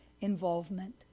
involvement